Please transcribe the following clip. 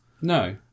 No